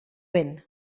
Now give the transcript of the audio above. vent